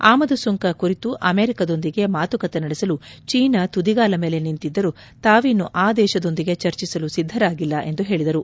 ಆಮದು ಸುಂಕ ಕುರಿತು ಅಮೆರಿಕದೊಂದಿಗೆ ಮಾತುಕತೆ ನಡೆಸಲು ಚೀನಾ ತುದಿಗಾಲ ಮೇಲೆ ನಿಂತಿದ್ದರೂ ತಾವಿನ್ನು ಆ ದೇಶದೊಂದಿಗೆ ಚರ್ಚಿಸಲು ಸಿದ್ದರಾಗಿಲ್ಲ ಎಂದು ಹೇಳಿದರು